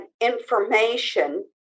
information